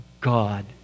God